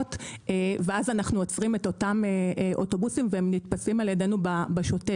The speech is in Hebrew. מקומות ואז אנחנו עוצרים את אותם אוטובוסים והם נתפסים על ידנו בשוטף.